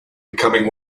becoming